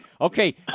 Okay